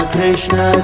Krishna